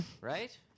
right